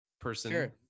person